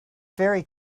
very